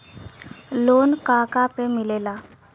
Loan का का पे मिलेला?